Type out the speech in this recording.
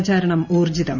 പ്രചാരണം ഊർജ്ജിതം